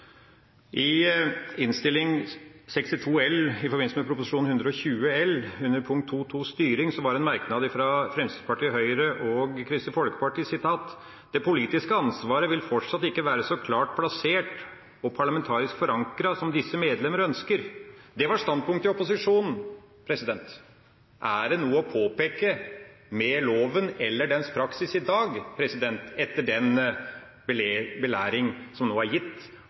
I Innst. 62 L for 2012–2013 til Prop. 120 L for 2011–2012 under 2.2 Styring var det en merknad fra Fremskrittspartiet, Høyre og Kristelig Folkeparti: «Det politiske ansvaret vil fortsatt ikke være så klart plassert og parlamentarisk forankret som disse medlemmer ønsker.» Det var standpunktet i opposisjonen. Er det noe å påpeke ved loven eller dens praksis i dag, etter den belæring som nå er gitt